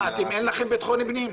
מה, אתם אין לכם בבטחון פנים?